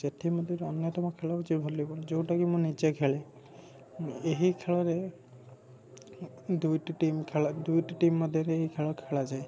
ସେଥିମଧ୍ୟରୁ ଅନ୍ୟତମ ଖେଳ ହେଉଛି ଭଲି ବଲ୍ ଯେଉଁଟା କି ମୁଁ ନିଜେ ଖେଳେ ଏହି ଖେଳରେ ଦୁଇଟି ଟିମ୍ ଖେଳ ଦୁଇଟି ଟିମ୍ ମଧ୍ୟରେ ଏହି ଖେଳ ଖେଳାଯାଏ